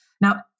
Now